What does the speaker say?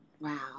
Wow